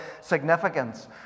significance